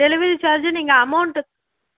delivery charge நீங்கள் amount